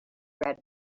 read